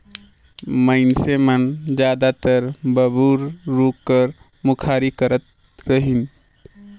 मइनसे मन जादातर बबूर रूख कर मुखारी करत रहिन